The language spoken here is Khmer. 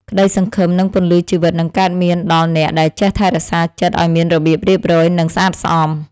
ក្តីសង្ឃឹមនិងពន្លឺជីវិតនឹងកើតមានដល់អ្នកដែលចេះថែរក្សាចិត្តឱ្យមានរបៀបរៀបរយ និង ស្អាតស្អំ។